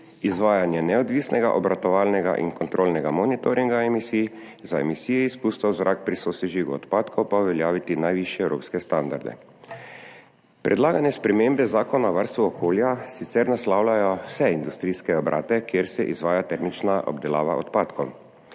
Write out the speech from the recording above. izvajanje neodvisnega obratovalnega in kontrolnega monitoringa emisij, za emisije izpustov v zrak pri sosežigu odpadkov pa uveljaviti najvišje evropske standarde. Predlagane spremembe Zakona o varstvu okolja sicer naslavljajo vse industrijske obrate, kjer se izvaja termična obdelava odpadkov,